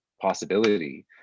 possibility